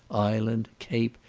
island, cape,